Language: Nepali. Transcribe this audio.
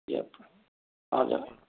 यो हजुर